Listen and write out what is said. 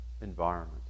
environment